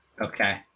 Okay